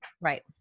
Right